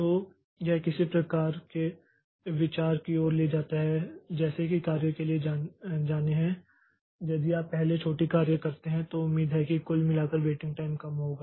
तो यह किसी प्रकार के विचार की ओर ले जाता है जैसे कि कई कार्य किए जाने हैं यदि आप पहले छोटी कार्य करते हैं तो यह उम्मीद है कि कुल मिलाकर वेटिंग टाइम कम होगा